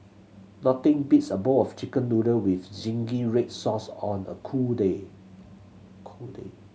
nothing beats a bowl of Chicken Noodle with zingy red sauce on a cool day cool